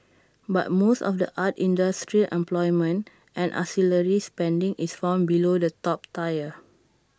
but most of the art industry's employment and ancillary spending is found below the top tier